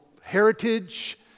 heritage